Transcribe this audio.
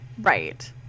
Right